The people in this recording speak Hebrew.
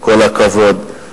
כל הכבוד.